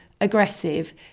aggressive